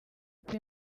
buri